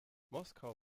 moskau